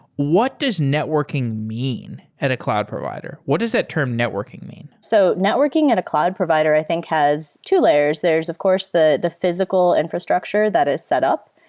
what does networking mean at a cloud provider? what does that term networking mean? so networking at a cloud provider i think has two layers. there's of course the the physical infrastructure that is set up.